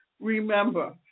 Remember